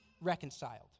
reconciled